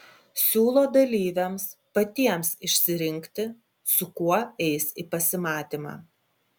siūlo dalyviams patiems išsirinkti su kuo eis į pasimatymą